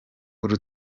uru